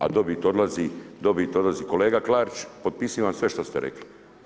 A dobit odlazi, dobit odlazi, kolega Klarić, potpisivam sve što ste rekli.